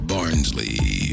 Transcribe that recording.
Barnsley